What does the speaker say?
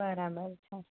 બરાબર છે